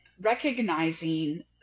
recognizing